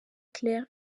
claire